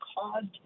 caused